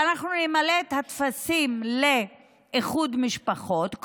ואנחנו נמלא את הטפסים לאיחוד משפחות,